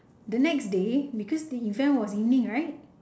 the next day because the event was evening right